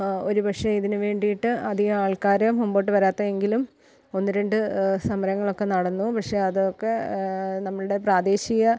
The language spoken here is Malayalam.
ഒരു പക്ഷെ ഇതിനു വേണ്ടിയിട്ട് അധികമാൾക്കാർ മുൻപോട്ട് വരാത്തതെങ്കിലും ഒന്നു രണ്ട് സമരങ്ങളൊക്കെ നടന്നു പക്ഷെ അതൊക്കെ നമ്മളുടെ പ്രാദേശിക